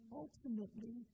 ultimately